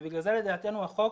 ובגלל זה לדעתנו החוק